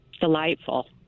delightful